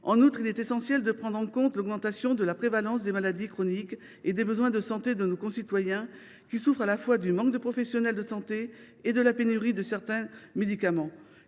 En outre, il est essentiel de prendre en compte l’augmentation de la prévalence des maladies chroniques et des besoins de santé de nos concitoyens, qui souffrent à la fois du manque de professionnels de santé et de la pénurie de certains médicaments.